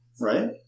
right